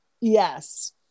Yes